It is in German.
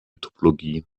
topologie